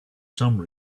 some